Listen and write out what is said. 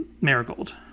marigold